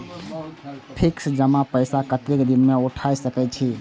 Fix जमा पैसा कतेक दिन में उठाई सके छी?